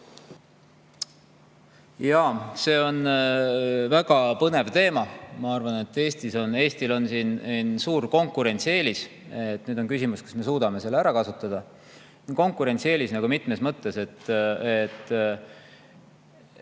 Jaa, see on väga põnev teema. Ma arvan, et Eestil on siin suur konkurentsieelis. Nüüd on küsimus, kas me suudame selle ära kasutada. Konkurentsieelis mitmes mõttes.